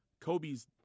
Kobe's